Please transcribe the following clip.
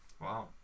Wow